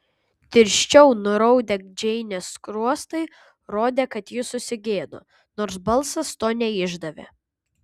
tirščiau nuraudę džeinės skruostai rodė kad ji susigėdo nors balsas to neišdavė